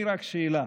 אני רק שאלה.